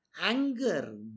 anger